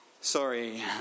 sorry